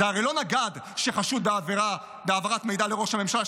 זה הרי לא נגד שחשוד בהעברת מידע לראש הממשלה,